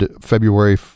February